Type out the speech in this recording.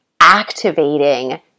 activating